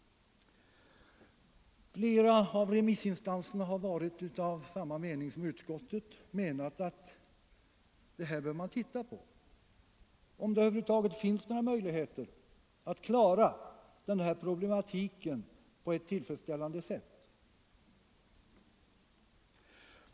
Flera av remissinstanserna har varit av samma mening som utskottet och uttalat att det bör utredas om det över huvud taget finns några möjligheter att lösa dessa problem på ett tillfredsställande sätt.